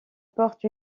porte